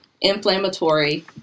inflammatory